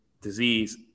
disease